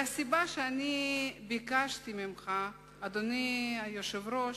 והסיבה שביקשתי ממך, אדוני היושב-ראש,